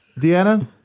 Deanna